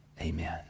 Amen